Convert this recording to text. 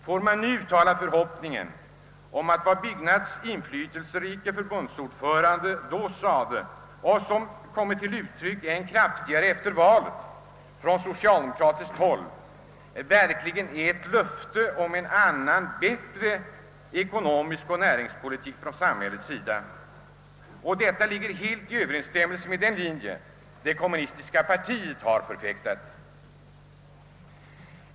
Får man nu uttala förhoppningen att vad Byggnads inflytelserike för bundsordförande då sade — och som efter valet kommit till än kraftigare uttryck från socialdemokratiskt håll — verkligen är ett löfte om en annan och bättre ekonomisk politik och en annan och bättre näringspolitik från samhällets sida. Detta skulle sammanfalla med den linje som det kommunistiska partiet har talat för.